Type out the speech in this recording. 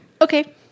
Okay